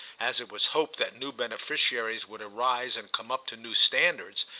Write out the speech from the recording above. as it was hoped that new beneficiaries would arise and come up to new standards,